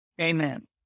Amen